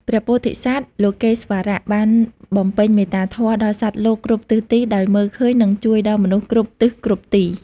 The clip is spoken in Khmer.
ព្រះពោធិសត្វ លោកេស្វរៈ បានបំពេញមេត្តាធម៌ដល់សត្វលោកគ្រប់ទិសទី ដោយមើលឃើញនិងជួយដល់មនុស្សគ្រប់ទិសគ្រប់ទី។